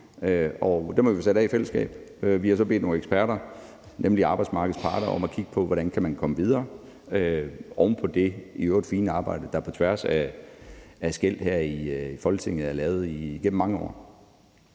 og dem har vi sat af i fællesskab. Vi har så bedt nogle eksperter, nemlig arbejdsmarkedets parter, om at kigge på, hvordan man kan komme videre oven på det i øvrigt fine arbejde, der på tværs af skel her i Folketinget er lavet igennem mange år.